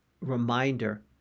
reminder